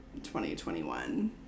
2021